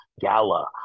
gala